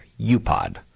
UPOD